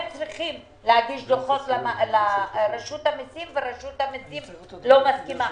הם צריכים להגיש דוחות לרשות המיסים ורשות המיסים לא מסכימה,